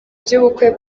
by’ubukwe